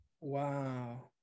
Wow